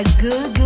Good